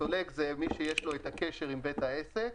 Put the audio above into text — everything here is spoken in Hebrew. הסולק זה מי שיש לו את הקשר עם בית העסק,